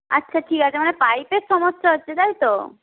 আচ্ছা ঠিক আছে মানে পাইপের সমস্যা হচ্ছে তাই তো